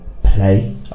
play